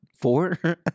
Four